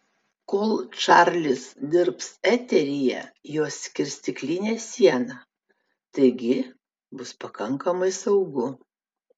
kol čarlis dirbs eteryje juos skirs stiklinė siena taigi bus pakankamai saugu